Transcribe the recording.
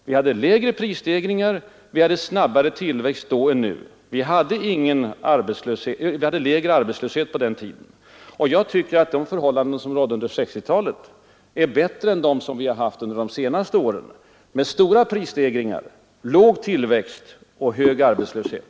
Vi hade lägre prisstegringar och snabbare tillväxt då än nu, och vi hade lägre arbetslöshet på den tiden. Jag tycker att de förhållanden som rådde under 1960-talet var bättre än de som rått under de senaste åren med stora prisstegringar, låg tillväxt och hög arbetslöshet.